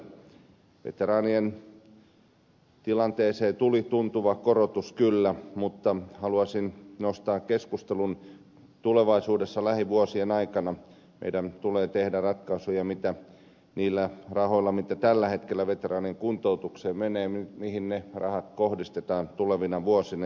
veteraanien tilanteeseen tuli tuntuva korotus kyllä mutta haluaisin nostaa keskustelun siitä että tulevaisuudessa lähivuosien aikana meidän tulee tehdä ratkaisuja mitä niillä rahoilla mitä tällä hetkellä veteraanien kuntoutukseen menee mihin ne rahat kohdistetaan tulevina vuosina